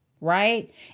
Right